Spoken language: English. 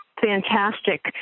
fantastic